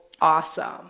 awesome